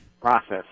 process